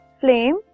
flame